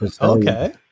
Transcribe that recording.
okay